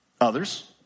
Others